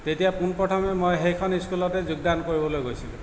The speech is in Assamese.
তেতিয়া পোনপ্ৰথমে মই সেইখন স্কুলতে যোগদান কৰিবলৈ গৈছিলোঁ